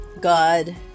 God